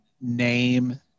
name